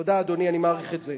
תודה, אדוני, אני מעריך את זה.